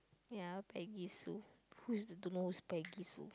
ya Peggy Sue who's don't know who's Peggy Sue